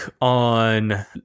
on